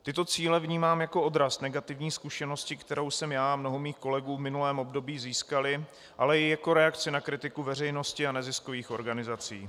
Tyto cíle vnímám jako odraz negativní zkušenosti, kterou jsme já a mnoho mých kolegů v minulém období získali, ale i jako reakci na kritiku veřejnosti a neziskových organizací.